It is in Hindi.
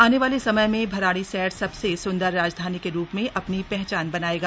आने वाले समय में भराड़ीसैंण सबसे सुन्दर राजधानी के रूप में अपनी पहचान बनाएगा